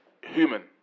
human